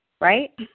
right